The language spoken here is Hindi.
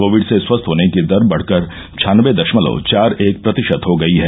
कोविडसे स्वस्थ होने की दर बढ़कर छानबे दशमलव चार एक प्रतिशत हो गई है